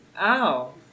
Ow